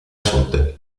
sud